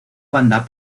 banda